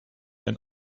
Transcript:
wenn